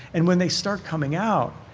and when they start coming out,